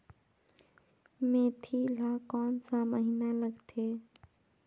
मेंथी ला कोन सा महीन लगथे?